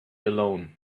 alone